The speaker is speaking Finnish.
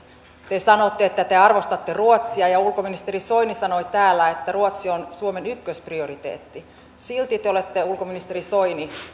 te sanotte että te arvostatte ruotsia ja ulkoministeri soini sanoi täällä että ruotsi on suomen ykkösprioriteetti silti te olette ulkoministeri soini